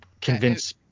convince